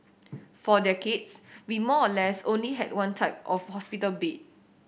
for decades we more or less only had one type of hospital bed